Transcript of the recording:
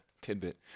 tidbit